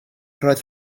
roedd